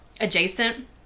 adjacent